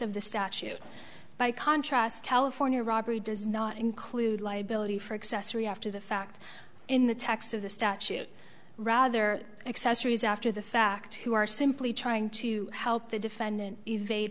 of the statute by contrast california robbery does not include liability for excess react to the fact in the text of the statute rather accessories after the fact who are simply trying to help the defendant evade